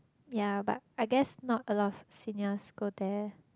ya but I guess not a lot of seniors go there